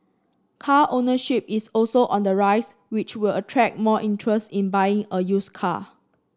car ownership is also on the rise which will attract more interest in buying a used car